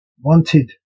wanted